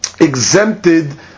exempted